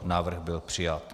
Návrh byl přijat.